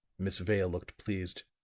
miss vale looked pleased.